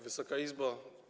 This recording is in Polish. Wysoka Izbo!